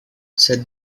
said